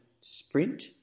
Sprint